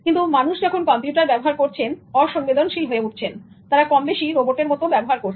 কিন্তু মানুষ যখন কম্পিউটার ব্যবহার করছেন অসংবেদনশীল হয়ে উঠছেন তারা কমবেশি রোবটের মতন ব্যবহার করছেন